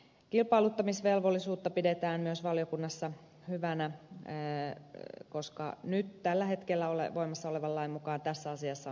kilpailuttamisvelvollisuutta pidetään myös valiokunnassa hyvänä koska nyt tällä hetkellä voimassa olevan lain mukaan tässä asiassa on ollut selkeitä epäselvyyksiä